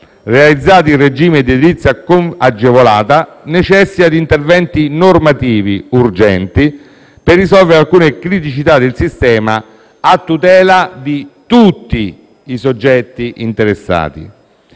realizzati in regime di edilizia agevolata necessita di interventi normativi urgenti per risolvere alcune criticità del sistema, a tutela di tutti i soggetti interessati.